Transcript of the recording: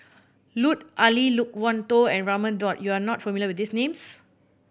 Lut Ali Loke Wan Tho and Raman Daud you are not familiar with these names